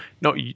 no